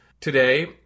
Today